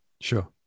Sure